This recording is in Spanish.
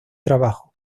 trabajo